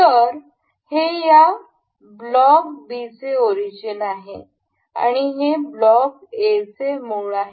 तर हे या ब्लॉक बीचे ओरिजिन आहे आणि हे ब्लॉक ए चे मूळ आहे